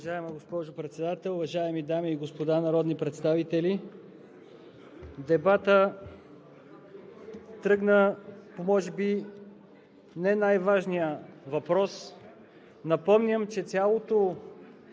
Уважаема госпожо Председател, уважаеми дами и господа народни представители! Дебатът тръгна може би по не най-важния въпрос. Напомням, че цялото